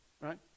Right